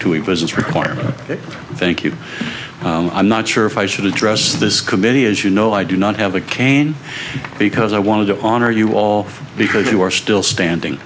to a business requirement thank you i'm not sure if i should address this committee as you know i do not have a cane because i want to honor you all because you are still standing